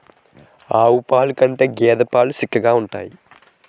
ఆవు పాలు కంటే గేద పాలు సిక్కగుంతాయి